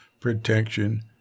protection